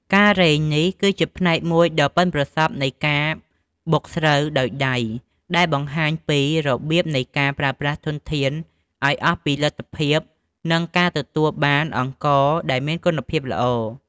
ការរែងនេះ គឺជាផ្នែកមួយដ៏ប៉ិនប្រសប់នៃការបុកស្រូវដោយដៃ ដែលបង្ហាញពីរបៀបនៃការប្រើប្រាស់ធនធានឱ្យអស់ពីលទ្ធភាព និងការទទួលបានអង្ករដែលមានគុណភាពល្អ។